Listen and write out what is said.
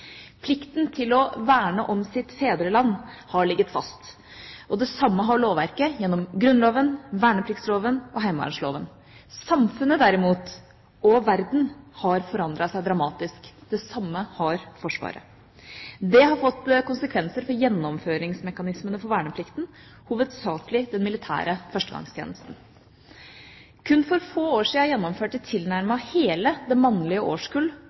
Plikten til å verne om sitt fedreland har ligget fast. Det samme har lovverket gjennom Grunnloven, vernepliktsloven og heimevernloven. Samfunnet derimot, og verden, har forandret seg dramatisk. Det samme har Forsvaret. Det har fått konsekvenser for gjennomføringsmekanismene for verneplikten, hovedsakelig den militære førstegangstjenesten. Kun for få år siden gjennomførte tilnærmet hele det mannlige årskull